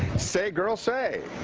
say girl say.